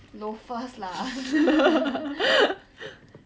loafers lah